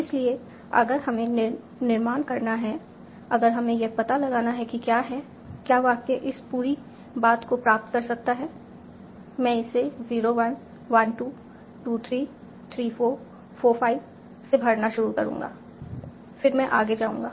इसलिए अगर हमें निर्माण करना है अगर हमें यह पता लगाना है कि क्या है क्या वाक्य इस पूरी बात को प्राप्त कर सकता है मैं इसे 0 1 1 2 2 3 3 4 4 5 से भरना शुरू करूंगा फिर मैं आगे जाऊंगा